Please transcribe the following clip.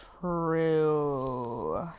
true